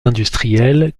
industrielles